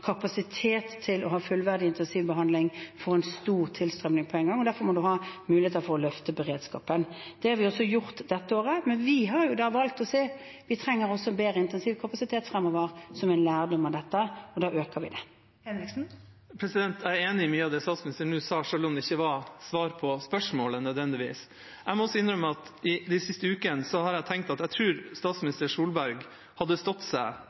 muligheter for å løfte beredskapen. Det har vi også gjort dette året, men vi har valgt å si at vi trenger bedre intensivkapasitet fremover, som en lærdom av dette, og da øker vi den. Det åpnes for oppfølgingsspørsmål – først Martin Henriksen. Jeg er enig i mye av det statsministeren nå sa, selv om det ikke var svar på spørsmålet, nødvendigvis. Jeg må også innrømme at jeg de siste ukene har tenkt at jeg tror statsminister Solberg hadde stått seg